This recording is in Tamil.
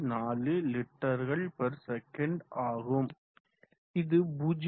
0694 லிட்டர்கள் பெர் செகண்ட் ஆகும் இது 0